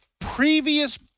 previous